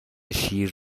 شیر